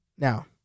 Now